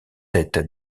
tête